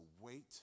wait